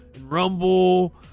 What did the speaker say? Rumble